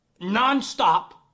nonstop